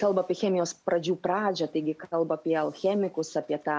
kalba apie chemijos pradžių pradžią taigi kalba apie alchemikus apie tą